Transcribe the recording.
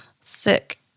sick